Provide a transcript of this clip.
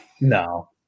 No